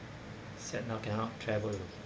sad now cannot travel